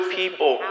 people